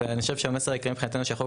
ואני חושב שהמסר העיקרי מבחינתנו שהחוק